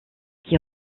qui